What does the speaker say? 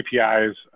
APIs